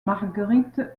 marguerite